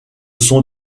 sont